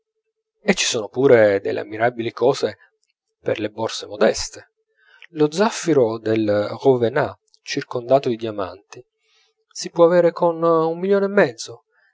e ci sono pure delle ammirabili cose per le borse modeste lo zaffiro del rouvenat circondato di diamanti si può avere con un milione e mezzo